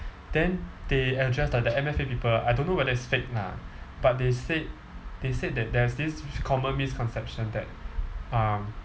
then they uh just the the M_F_A people I don't know whether it's fake lah but they said they said that there's this common misconception that um